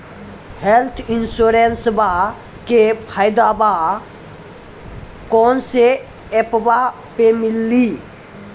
Health इंश्योरेंसबा के फायदावा कौन से ऐपवा पे मिली?